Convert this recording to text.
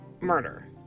murder